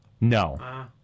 No